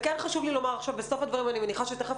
וכן חשוב לי לומר עכשיו בסוף הדברים אני מניחה שתכף